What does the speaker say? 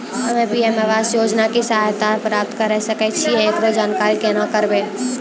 हम्मे पी.एम आवास योजना के सहायता प्राप्त करें सकय छियै, एकरो जानकारी केना करबै?